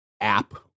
app